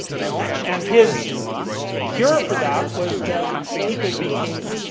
you know and his cure for that was that people became,